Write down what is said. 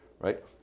right